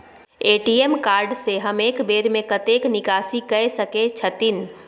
ATM card से हम एक बेर में कतेक निकासी कय सके छथिन?